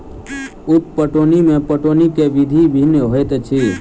उप पटौनी मे पटौनीक विधि भिन्न होइत अछि